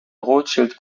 rothschild